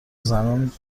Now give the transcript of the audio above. زنان